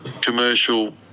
commercial